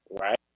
right